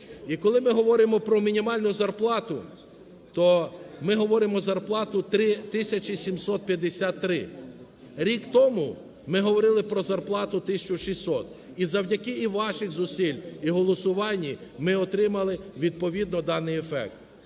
І коли ми говоримо про мінімальну зарплату, то ми говоримо зарплату 3 тисячі 753. Рік тому ми говорили про зарплату 1600. І завдяки і ваших зусиль, і голосуванню ми отримали відповідно даний ефект.